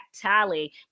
tally